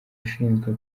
ushinzwe